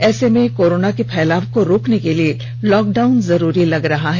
ऐसे में कोरोना के फैलाव को रोकने के लिए लॉकडाउन जरूरी लग रहा है